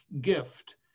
gift